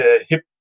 hip